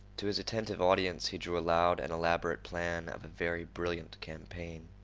to his attentive audience he drew a loud and elaborate plan of a very brilliant campaign.